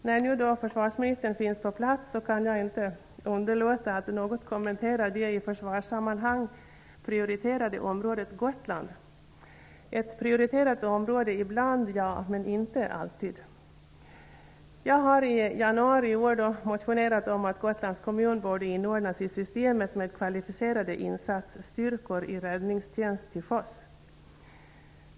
När nu försvarministern finns på plats kan jag inte underlåta att något kommentera det i försvarssammanhang prioriterade området Gotland. Det är ett prioriterat område ibland -- ja -- men inte alltid. Jag väckte en motion i januari om att Gotlands kommun borde inordnas i systemet med kvalificerade insatsstyrkor i räddningstjänst till sjöss.